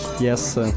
Yes